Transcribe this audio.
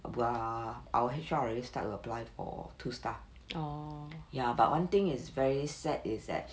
err our H_R already start apply for two staff ya but one thing is very sad is that